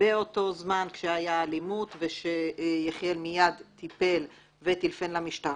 באותו זמן כשהייתה האלימות ושיחיאל מייד טיפל וטלפן למשטרה.